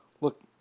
Look